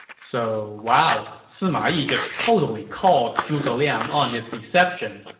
so wow, sima yi just totally called zhuge liang on his deception.